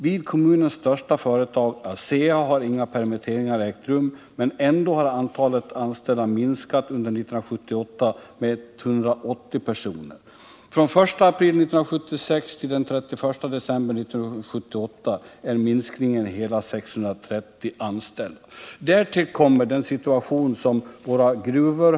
Vid kommunens största företag, ASEA, har inga permitteringar ägt rum, men ändå har antalet anställda under 1978 minskat med omkring 180 personer. Från den 1 april 1976 till den 31 december 1978 uppgick minskningen till hela 630 anställda. Därtill kommer situationen vid våra gruvor.